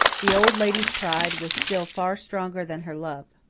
the old lady's pride was still far stronger than her love.